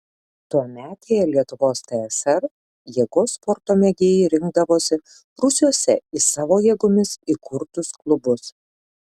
tuometėje lietuvos tsr jėgos sporto mėgėjai rinkdavosi rūsiuose į savo jėgomis įkurtus klubus